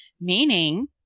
meaning